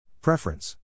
Preference